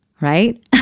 right